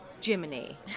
Jiminy